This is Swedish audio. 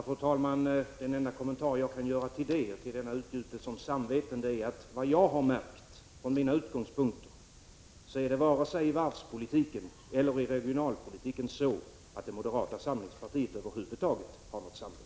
Fru talman! Den enda kommentar jag kan göra till det och till denna utgjutelse om samveten är att vad jag har märkt från mina utgångspunkter är det vare sig i varvspolitiken eller i regionalpolitiken så att det moderata samlingspartiet över huvud taget har något samvete.